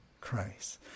Christ